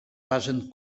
basen